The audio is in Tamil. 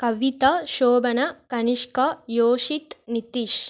கவிதா ஷோபனா கனிஷ்கா யோசித் நித்திஷ்